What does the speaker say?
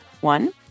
One